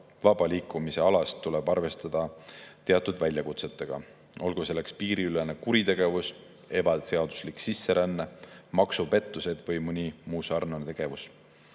vaba liikumise alast, tuleb arvestada teatud väljakutsetega, olgu selleks piiriülene kuritegevus, ebaseaduslik sisseränne, maksupettused või mõni muu sarnane tegevus.